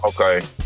Okay